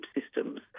systems